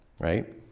right